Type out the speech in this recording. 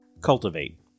Cultivate